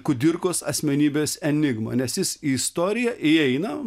kudirkos asmenybės enigmo nes jis į istoriją įeina